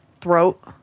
throat